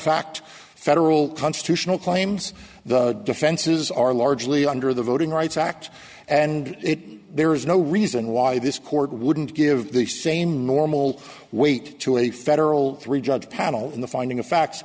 fact federal constitutional claims the defenses are largely under the voting rights act and it there is no reason why this court wouldn't give the same normal weight to a federal three judge panel in the finding of fa